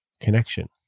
connection